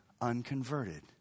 unconverted